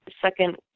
second